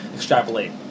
extrapolate